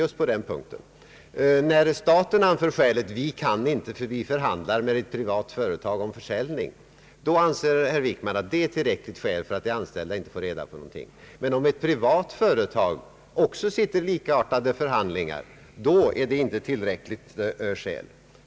När däremot staten anför det skälet, att den inte kan ge informationer medan den förhandlar med ett privat företag om försäljning, då anser statsrådet Wickman att det är ett tillräckligt skäl för att inte ge de anställda information. Om ett privat företag sitter i likartade förhandlingar anses detta inte vara ett tillräckligt skäl.